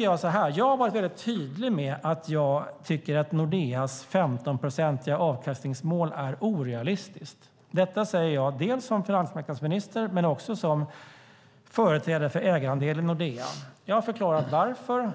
Jag har varit väldigt tydlig med att jag tycker att Nordeas 15-procentiga avkastningsmål är orealistiskt. Det säger jag som finansmarknadsminister men också som företrädare för ägarandelen i Nordea. Jag har förklarat varför: